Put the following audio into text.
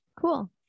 Cool